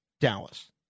Dallas